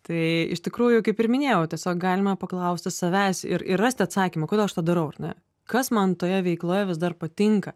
tai iš tikrųjų kaip ir minėjau tiesiog galima paklausti savęs ir ir rasti atsakymą kodėl aš tą darau ar ne kas man toje veikloje vis dar patinka